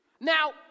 Now